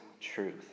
truth